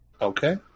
Okay